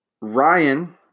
Ryan